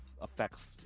affects